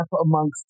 amongst